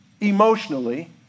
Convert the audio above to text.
emotionally